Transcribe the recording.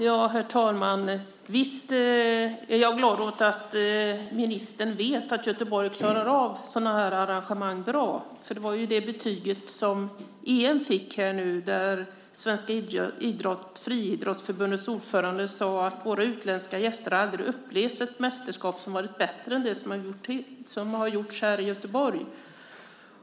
Herr talman! Visst är jag glad över att ministern vet att Göteborg klarar av sådana här arrangemang bra. Det var ju det betyg som EM fick då Svenska Friidrottsförbundets ordförande sade att våra utländska gäster aldrig har upplevt ett mästerskap som har varit bättre än det som arrangerades i Göteborg.